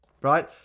Right